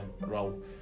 role